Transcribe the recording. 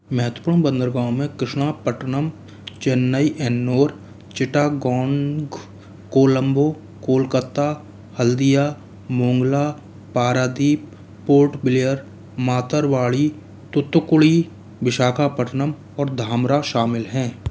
महत्वपूर्ण बंदरगाहों में कृष्णापट्टनम चेन्नई एन्नोर चिटागॉन्ग कोलंबो कोलकाता हल्दिया मोंगला पारादीप पोर्ट ब्लेयर मातरबाड़ी तूतुकुड़ी विशाखापटनम और धामरा शामिल हैं